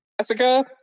Jessica